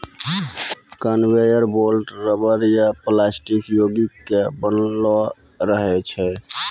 conveyor belt rubber या plastic योगिक के बनलो रहै छै